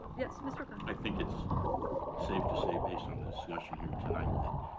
yes. mr. o'connor. i think it's safe to say, based on the discussion here tonight,